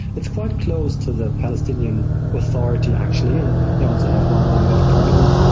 it's quite close to the palestinian authority actually, and they also have one member of parliament.